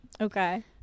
Okay